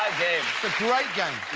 game great game.